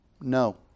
No